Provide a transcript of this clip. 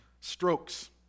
strokes